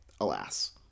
alas